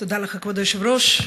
תודה לך, כבוד היושב-ראש.